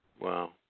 Wow